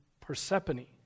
Persephone